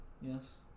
Yes